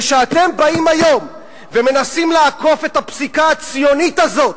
וכשאתם באים היום ומנסים לעקוף את הפסיקה הציונית הזאת